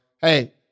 hey